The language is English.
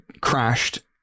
crashed